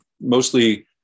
mostly